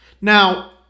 Now